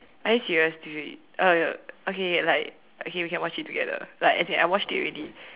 are you serious dude uh okay like okay we can watch it together like as in I watched it already